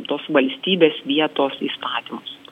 tos valstybės vietos įstatymus